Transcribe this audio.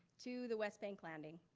to the west bank landing.